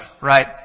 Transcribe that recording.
right